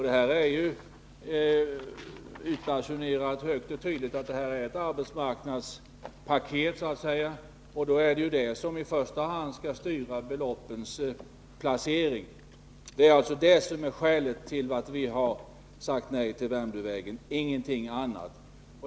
Det är dessutom högt och tydligt utbasunerat att detta är ett arbetsmarknadspaket, och då skall det förhållandet i första hand styra beloppens placering. Det är skälet till att vi har sagt nej till förslaget om Värmdövägen, och ingenting annat.